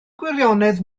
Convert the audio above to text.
gwirionedd